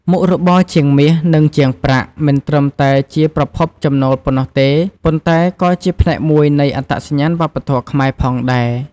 មុខរបរជាងមាស និងជាងប្រាក់មិនត្រឹមតែជាប្រភពចំណូលប៉ុណ្ណោះទេ ប៉ុន្តែក៏ជា ផ្នែកមួយនៃអត្តសញ្ញាណវប្បធម៌ខ្មែរ ផងដែរ។